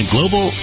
Global